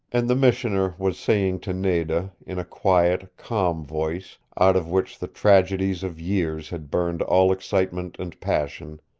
and the missioner was saying to nada, in a quiet, calm voice out of which the tragedies of years had burned all excitement and passion